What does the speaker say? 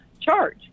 charge